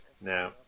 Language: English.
Now